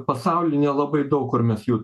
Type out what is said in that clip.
pasauly nelabai daug kur mes jų